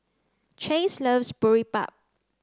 Chase loves Boribap